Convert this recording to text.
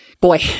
boy